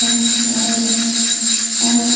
اَہن حظ اَہن حظ